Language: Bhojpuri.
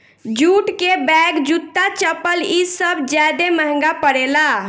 जूट के बैग, जूता, चप्पल इ सब ज्यादे महंगा परेला